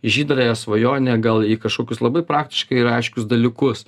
žydrąją svajonę gal į kažkokius labai praktiškai ir aiškius dalykus